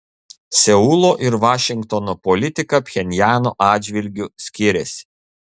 seulo ir vašingtono politika pchenjano atžvilgiu skiriasi